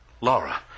Laura